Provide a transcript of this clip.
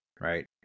right